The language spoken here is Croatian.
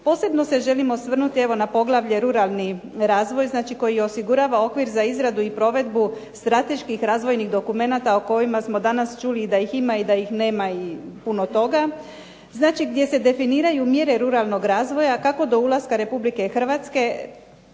Posebno se želim osvrnuti evo na poglavlje ruralni razvoj, znači koji osigurava okvir za izradu i provedbu strateških razvojnih dokumenata o kojima smo danas čuli i da ih ima i da ih nema i puno toga. Znači, gdje se definiraju mjere ruralnog razvoja kako do ulaska Republike Hrvatske,